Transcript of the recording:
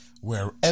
Wherever